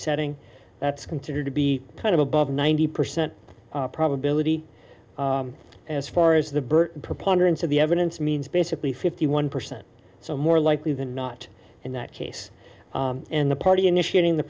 setting that's considered to be kind of above ninety percent probability as far as the birth preponderance of the evidence means basically fifty one percent so more likely than not in that case and the party initiating the